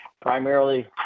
primarily